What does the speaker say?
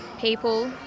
people